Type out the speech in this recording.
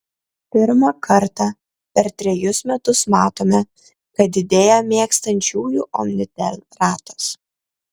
pirmą kartą per trejus metus matome kad didėja mėgstančiųjų omnitel ratas